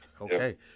Okay